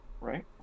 right